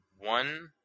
One